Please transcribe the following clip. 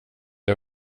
det